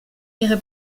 ihre